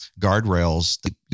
guardrails